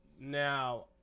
now